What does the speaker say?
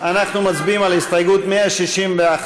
אנחנו מצביעים על הסתייגות 161,